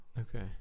Okay